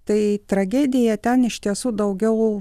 tai tragedija ten iš tiesų daugiau